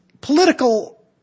political